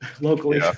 locally